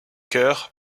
cœur